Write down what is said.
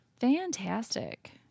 Fantastic